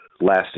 last